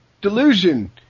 Delusion